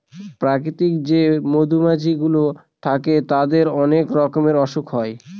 প্রাকৃতিক যে মধুমাছি গুলো থাকে তাদের অনেক রকমের অসুখ হয়